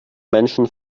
menschen